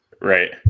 right